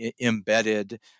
embedded